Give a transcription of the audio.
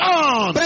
on